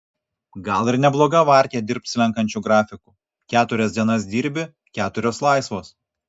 gal ir nebloga varkė dirbt slenkančiu grafiku keturias dienas dirbi keturios laisvos